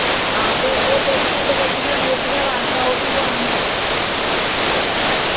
हां ते ओह् जेह्ड़ियां दपट्टियां दुपट्टियां लानियां ओह् बी लोआनियां